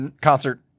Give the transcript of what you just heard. concert